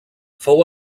fou